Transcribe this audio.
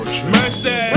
Mercy